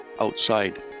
outside